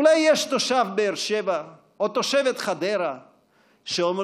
אולי יש תושב באר שבע או תושבת חדרה שאומרים: